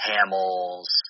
Hamels